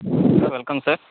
welcome sir